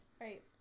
Right